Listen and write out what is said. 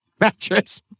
Mattress